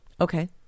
okay